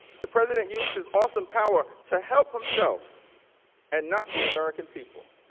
the president used his awesome power to help himself and not the american people.